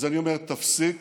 אז אני אומר: תפסיק